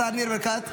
השר ניר ברקת?